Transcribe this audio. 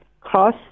cross